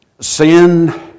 Sin